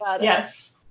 Yes